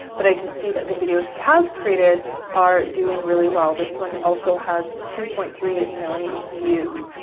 but i can see that the videos he has created are doing really well. this one also has two point three million views.